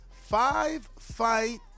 five-fight